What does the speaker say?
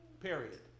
period